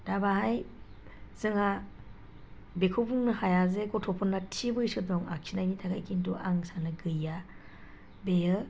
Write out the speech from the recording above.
दा बाहाय जोंहा बेखौ बुंनो हाया जे गथ'फोरना थि बैसो दं आखिनायनि थाखाय खिन्थु आं सानो गैया बेयो